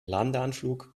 landeanflug